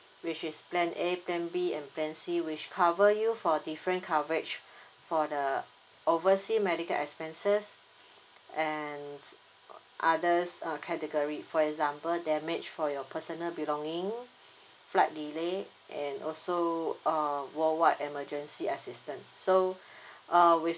which is plan A plan B and plan C which cover you for different coverage for the oversea medical expenses and uh others uh category for example damage for your personal belonging flight delay and also uh world wide emergency assistant so uh with